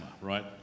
right